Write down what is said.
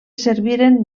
serviren